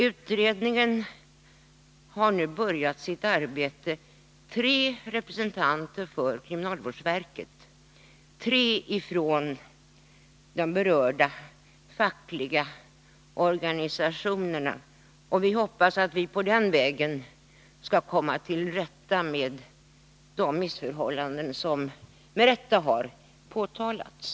Utredningen, som består av tre representanter för kriminalvårdsverket och tre representanter för de berörda fackliga organisationerna, har nu börjat sitt arbete. Vi hoppas att vi på den vägen skall få bukt med de missförhållanden som med rätta har påtalats.